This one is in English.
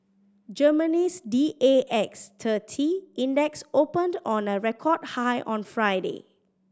Germany's D A X thirty Index opened on a record high on Friday